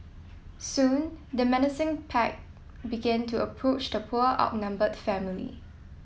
soon the menacing pack began to approach the poor outnumbered family